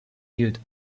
gilt